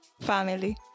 family